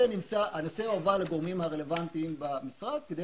הנושא הועבר לגורמים הרלוונטיים במשרד כדי